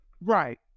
Right